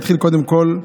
קודם כול,